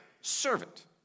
Servant